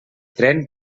tren